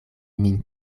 min